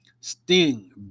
Sting